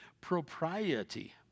propriety